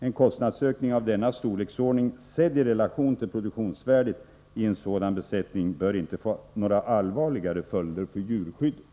En kostnadsökning av denna storleksordning, sedd i relation till Nr 91 produktionsvärdet i en sådan besättning, bör inte få några allvarligare följder Tisdagen den